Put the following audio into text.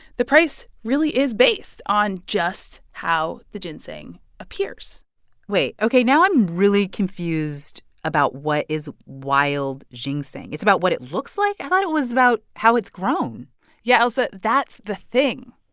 the price really is based on just how the ginseng appears wait. ok. now i'm really confused about what is wild ginseng. it's about what it looks like? i thought it was about how it's grown yeah, ailsa, that's the thing.